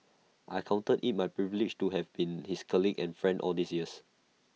I counted IT my privilege to have been his colleague and friend all these years